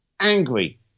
angry